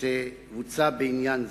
שתבוצע בעניין זה.